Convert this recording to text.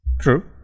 True